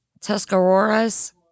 Tuscaroras